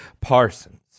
Parsons